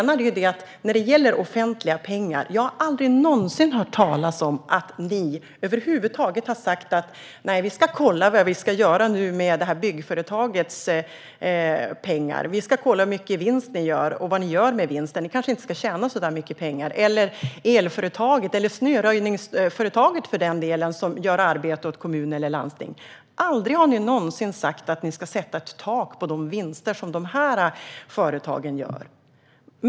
När det gäller offentliga pengar har jag aldrig någonsin hört talas om att ni över huvud taget har sagt: "Vi ska kolla vad vi ska göra nu med det här byggföretagets pengar. Vi ska kolla hur stor vinst företaget gör och vad de gör med vinsten. De kanske inte ska tjäna så mycket pengar." Jag har heller inte hört något sådant i fråga om ett elföretag eller snöröjningsföretag som utför arbete åt en kommun eller ett landsting. Aldrig någonsin har ni sagt att ni ska sätta ett tak för de vinster som dessa företag gör.